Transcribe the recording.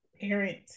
parent